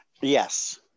Yes